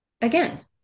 again